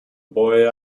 boy